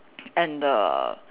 and the